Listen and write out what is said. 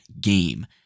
Game